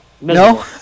No